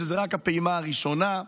וזאת רק הפעימה הראשונה.